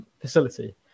facility